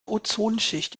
ozonschicht